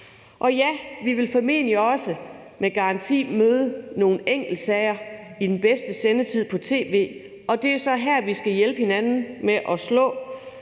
Og ja, vi vil formentlig også med garanti møde nogle enkeltsager i den bedste sendetid på tv, og det er så her, vi skal hjælpe hinanden med at slå